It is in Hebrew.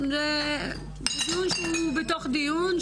זה דיון שהוא בתוך דיון,